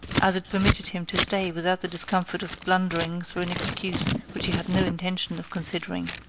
as it permitted him to stay without the discomfort of blundering through an excuse which he had no intention of considering.